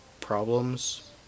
problems